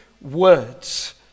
words